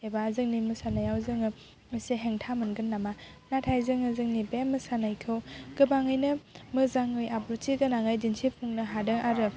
एबा जोंनि मोसानायाव जोङो एसे हेंथा मोनगोन नामा नाथाय जोङो जोंनि बे मोसानायखौ गोबाङैनो मोजाङै आब्रुथि गोनाङै दिन्थिफुंनो हादों आरो